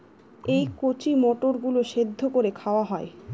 এই কচি মটর গুলো সেদ্ধ করে খাওয়া হয়